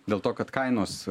dėl to kad kainos